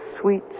sweet